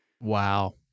Wow